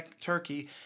Turkey